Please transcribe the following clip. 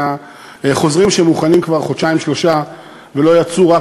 והחוזרים שמוכנים כבר חודשיים-שלושה ולא יצאו רק